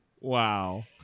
Wow